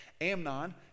Amnon